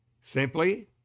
simply